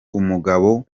umugabo